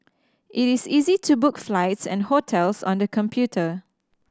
it is easy to book flights and hotels on the computer